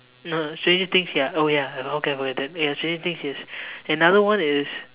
no stranger things ya oh ya okay I forgot about that stranger things yes another one is